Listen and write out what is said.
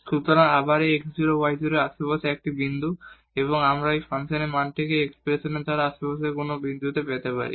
সুতরাং আবার এই x 0 y 0 এর আশেপাশে একটি বিন্দু এবং আমরা এই ফাংশন মানটি এই এক্সপ্রেশন দ্বারা আশেপাশের অন্য কোন বিন্দুতে পেতে পারি